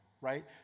right